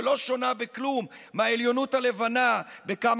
שלא שונה בכלום מהעליונות הלבנה בכמה